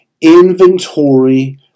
inventory